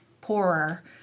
poorer